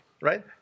right